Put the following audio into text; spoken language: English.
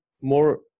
more